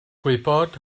gwybod